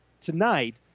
tonight